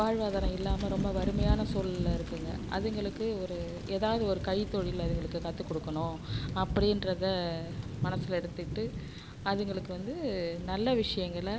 வாழ்வாதாரம் இல்லாமல் ரொம்ப வறுமையான சூழலில் இருக்குங்க அதுங்களுக்கு ஒரு எதாவது ஒரு கைத்தொழில் அதுங்களுக்கு கற்றுகுடுக்கணும் அப்படின்றத மனசில் எடுத்துக்கிட்டு அதுங்களுக்கு வந்து நல்ல விஷியங்களை